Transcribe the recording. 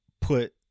put